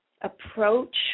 approach